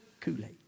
Kool-Aid